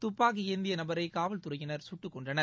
துப்பாக்கிஏந்தியநபரைகாவல்துறையினர் சுட்டுக்கொன்றனர்